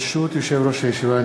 ברשות יושב-ראש הישיבה,